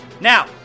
Now